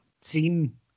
seen